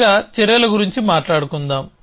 ముందుగా చర్యల గురించి మాట్లాడుకుందాం